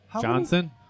Johnson